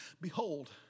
behold